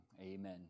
Amen